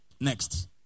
Next